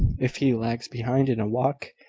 if he lags behind in a walk,